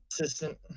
assistant